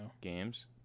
games